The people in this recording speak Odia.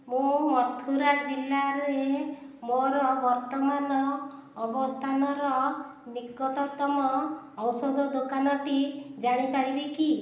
ମୁଁ ମଥୁରା ଜିଲ୍ଲାରେ ମୋର ବର୍ତ୍ତମାନ ଅବସ୍ଥାନର ନିକଟତମ ଔଷଧ ଦୋକାନଟି ଜାଣିପାରିବି କି